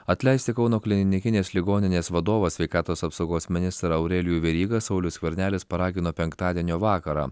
atleisti kauno klinikinės ligoninės vadovą sveikatos apsaugos ministrą aurelijų verygą saulius skvernelis paragino penktadienio vakarą